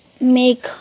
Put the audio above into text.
make